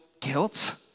guilt